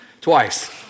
Twice